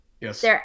Yes